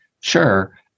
Sure